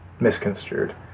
misconstrued